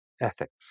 ethics